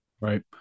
right